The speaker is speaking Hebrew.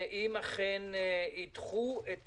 אם אכן ידחו את